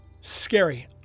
scary